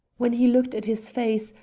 when he looked at his face,